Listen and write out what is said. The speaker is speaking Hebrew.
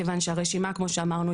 כיוון שכמו שאמרנו,